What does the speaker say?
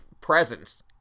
presence